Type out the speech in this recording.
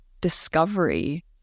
discovery